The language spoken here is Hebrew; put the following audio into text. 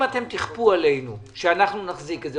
אם אתם תכפו עלינו שאנחנו נחזיק את זה,